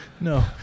no